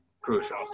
crucial